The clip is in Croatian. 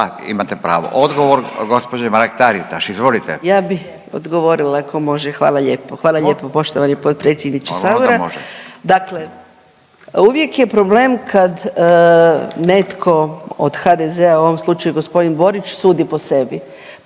imate pravo. Odgovor gđe. Mrak-Taritaš, izvolite. **Mrak-Taritaš, Anka (GLAS)** Ja bih odgovorila ako može, hvala lijepo. Hvala poštovani potpredsjedniče sabora. Dakle uvijek je problem kad netko od HDZ-a, u ovom slučaju g. Borić sudi po sebi,